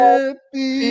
Happy